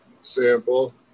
sample